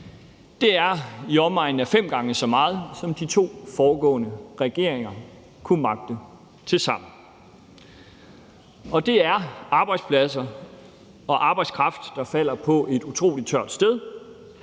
Det er i omegnen af fem gange så meget, som de to foregående regeringer kunne magte tilsammen. Og det er arbejdspladser og arbejdskraft, der falder på et utrolig tørt sted,